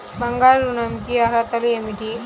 బంగారు ఋణం కి అర్హతలు ఏమిటీ?